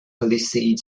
palisade